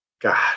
God